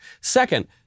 Second